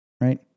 Right